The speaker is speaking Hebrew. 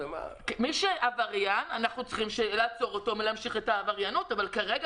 מי שהוא עבריין אנחנו צריכים לעצור אותו מלהמשיך את העבריינות אבל כרגע